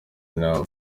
nama